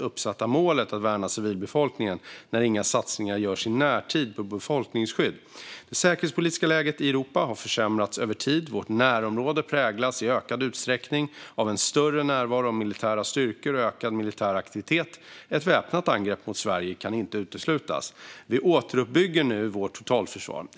uppsatta målet att värna civilbefolkningen när inga satsningar på befolkningsskydd görs i närtid. Det säkerhetspolitiska läget i Europa har försämrats över tid. Vårt närområde präglas i ökad utsträckning av en större närvaro av militära styrkor och ökad militär aktivitet. Ett väpnat angrepp mot Sverige kan inte uteslutas. Vi återuppbygger nu vårt totalförsvar.